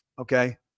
Okay